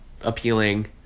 appealing